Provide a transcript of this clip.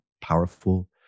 powerful